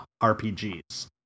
rpgs